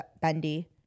bendy